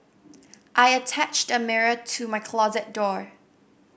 I attached a mirror to my closet door